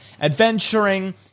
Adventuring